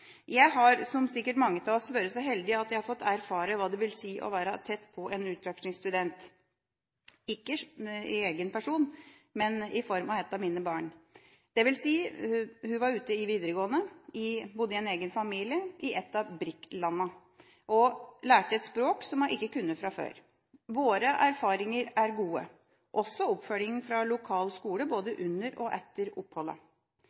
Jeg har som sikkert mange av oss vært så heldig at jeg har fått erfare hva det vil si å være tett på en utvekslingsstudent, ikke i egen person, men et av mine barn. Det vil si: Hun var ute i videregående, bodde i egen familie i et av BRIC-landene og lærte et språk hun ikke kunne fra før. Våre erfaringer er gode, også når det gjelder oppfølginga fra lokal skole både under og etter oppholdet.